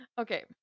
Okay